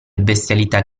bestialità